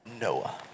Noah